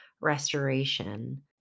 restoration